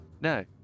No